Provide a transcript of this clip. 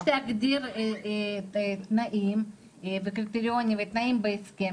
אז יש להגדיר תנאים וקריטריונים ותנאים בהסכם,